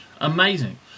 Amazing